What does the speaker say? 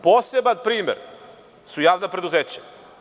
Poseban primer su javna preduzeća.